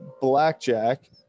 blackjack